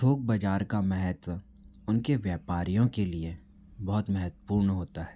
थोक बाज़ार का महत्व उनके व्यापारियों के लिए बहुत महत्वपूर्ण होता है